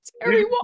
Terry